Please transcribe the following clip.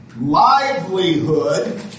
livelihood